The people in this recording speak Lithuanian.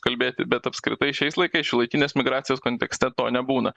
kalbėti bet apskritai šiais laikais šiuolaikinės migracijos kontekste to nebūna